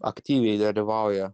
aktyviai dalyvauja